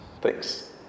thanks